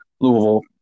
Louisville